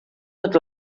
tot